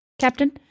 captain